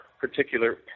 particular